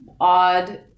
odd